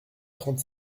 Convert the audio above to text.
trente